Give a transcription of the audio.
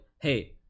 hey